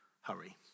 hurry